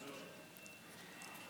לא,